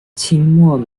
清末